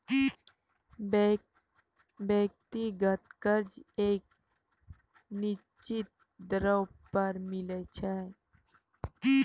व्यक्तिगत कर्जा एक निसचीत दरों पर मिलै छै